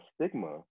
stigma